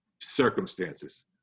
circumstances